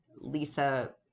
Lisa